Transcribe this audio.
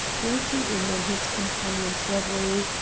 breaking in on his companion's reverie,